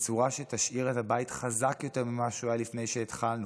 בצורה שתשאיר את הבית חזק יותר ממה שהוא היה לפני שהתחלנו.